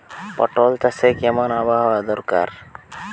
পটল চাষে কেমন আবহাওয়া দরকার?